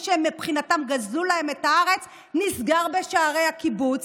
שמבחינתם גזלו להם את הארץ נסגר בשערי הקיבוץ,